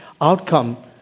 outcome